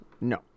No